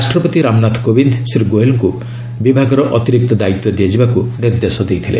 ରାଷ୍ଟ୍ରପତି ରାମନାଥ କୋବିନ୍ଦ ଶ୍ରୀ ଗୋୟଲ୍ଙ୍କୁ ବିଭାଗର ଅତିରିକ୍ତ ଦାୟିତ୍ୱ ଦିଆଯିବାକୁ ନିର୍ଦ୍ଦେଶ ଦେଇଥିଲେ